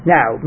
Now